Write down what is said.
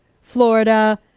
Florida